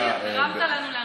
נצביע, הרמת לנו להנחתה.